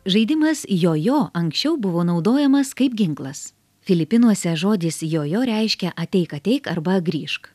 žaidimas jojo anksčiau buvo naudojamas kaip ginklas filipinuose žodis jojo reiškia ateik ateik arba grįžk